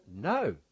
No